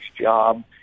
job